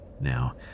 Now